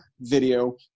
video